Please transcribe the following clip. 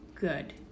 Good